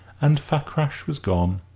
and fakrash was gone,